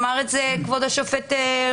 ואמר את זה כבוד השופט רובינשטיין,